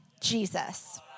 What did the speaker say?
Jesus